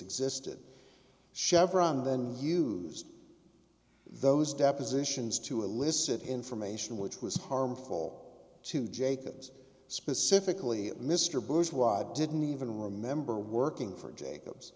existed chevron then used those depositions to elicit information which was harmful to jacobs specifically mr bush didn't even remember working for jacob